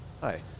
Hi